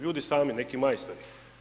Ljudi sami, neki majstori.